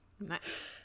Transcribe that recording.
Nice